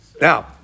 Now